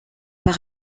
par